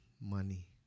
money